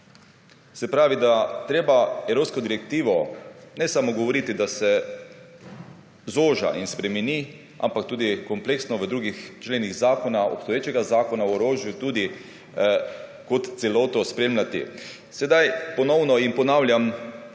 Se pravi, da je treba evropsko direktivo ne samo govoriti, da se zoža in spremeni, ampak tudi kompleksno v drugih členih zakona, obstoječega zakona o orožju tudi kot celoto spremljati. Sedaj ponovno in ponavljam,